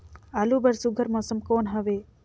आलू बर सुघ्घर मौसम कौन हवे?